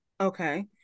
Okay